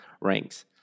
ranks